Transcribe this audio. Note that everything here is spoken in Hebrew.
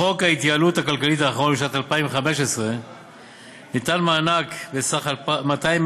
בחוק ההתייעלות הכלכלית האחרון משנת 2015 ניתן מענק בסך 200,000